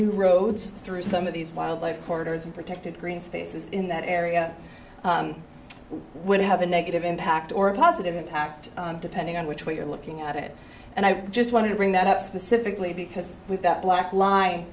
new roads through some of these wildlife corridors and protected green spaces in that area would have a negative impact or a positive impact depending on which way you're looking at it and i just wanted to bring that up specifically because with that black li